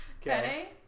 okay